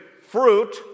fruit